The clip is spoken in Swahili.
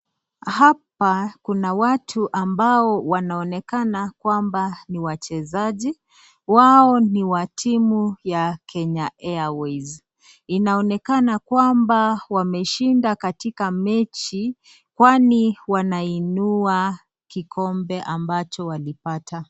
Hapa kuna watu ambao wanaonekana kwamba ni wachezaji. Wao ni wa timu ya Kenya Airways inaonekana kwamba wameshinda katika mechi kwani wanainua kikombe ambacho walipata.